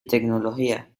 tecnología